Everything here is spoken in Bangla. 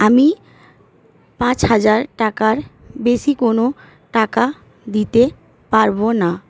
আমি পাঁচ হাজার টাকার বেশি কোনো টাকা দিতে পারবো না